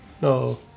No